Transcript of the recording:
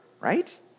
right